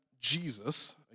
Jesus